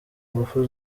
ingufu